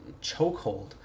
chokehold